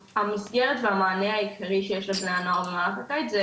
המסגרת והמענה העיקרי שיש לבני הנוער במהלך הקיץ זה